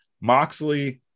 Moxley